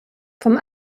vom